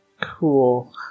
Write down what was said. cool